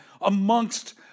amongst